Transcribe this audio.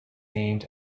named